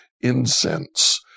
incense